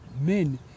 men